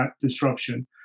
disruption